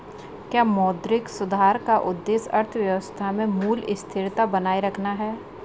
क्या मौद्रिक सुधार का उद्देश्य अर्थव्यवस्था में मूल्य स्थिरता बनाए रखना है?